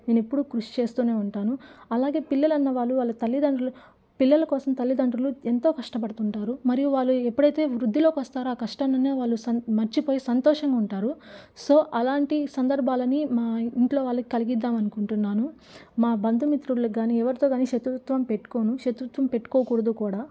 నేను ఎప్పుడూ కృషి చేస్తూనే ఉంటాను అలాగే పిల్లలు అన్నవాళ్ళు వాళ్ళ తల్లిదండ్రులు పిల్లల కోసం తల్లిదండ్రులు ఎంతో కష్టపడుతుంటారు మరియు వాళ్ళు ఎప్పుడైతే వృద్ధిలోకి వస్తారో ఆ కష్టాన్ని సన్ వాళ్ళు మర్చిపోయి సంతోషంగా ఉంటారు సో అలాంటి సందర్భాలని మా ఇంట్లో వాళ్ళకి కలిగిద్దాం అనుకుంటున్నాను మా బంధుమిత్రులకు కాని ఎవరితో కాని శత్రుత్వం పెట్టుకొను శత్రుత్వం పెట్టుకోకూడదు కూడా